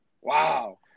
Wow